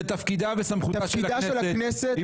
זה תפקידה וסמכותה של הכנסת.